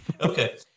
Okay